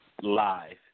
live